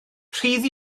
rhydd